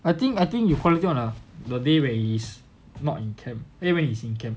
I think I think you collect it on a day when he's not in camp eh when he is in camp